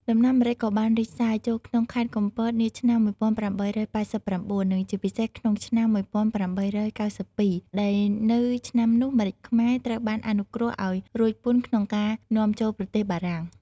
ដំណាំម្រេចក៏បានរីកសាយ ចូលក្នុងខេត្តកំពត នាឆ្នាំ១៨៨៩ និងជាពិសេសក្នុងឆ្នាំ១៨៩២ ដែលនៅឆ្នាំនោះ ម្រេចខ្មែរ ត្រូវបានអនុគ្រោះឱ្យរួចពន្ធក្នុងការនាំចូលប្រទេសបារាំង។